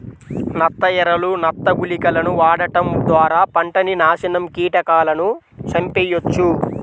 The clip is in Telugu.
నత్త ఎరలు, నత్త గుళికలను వాడటం ద్వారా పంటని నాశనం కీటకాలను చంపెయ్యొచ్చు